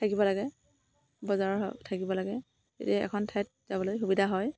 থাকিব লাগে বজাৰৰ থাকিব লাগে তেতিয়া এখন ঠাইত যাবলৈ সুবিধা হয়